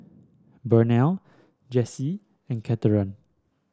Burnell Jessy and Cathern